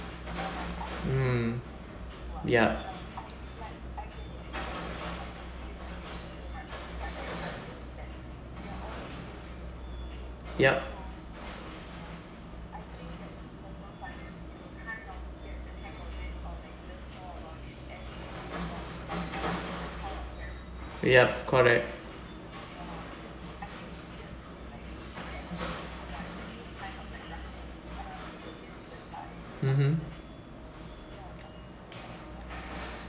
mm ya yup yup correct mmhmm